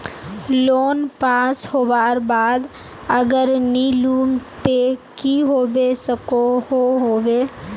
Loan pass होबार बाद अगर नी लुम ते की होबे सकोहो होबे?